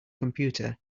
computer